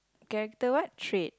character what trait